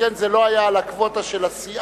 שכן זה לא היה על הקווטה של הסיעה,